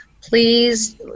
Please